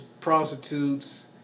prostitutes